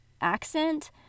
accent